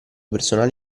personale